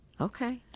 Okay